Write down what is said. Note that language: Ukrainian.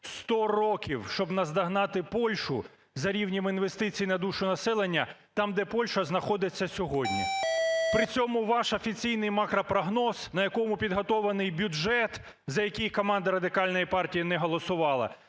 100 років! – щоб наздогнати Польщу за рівнем інвестицій на душу населення, там, де Польща знаходиться сьогодні. При цьому ваш офіційний макропрогноз, на якому підготовлений бюджет, за який команда Радикальної партії не голосувала,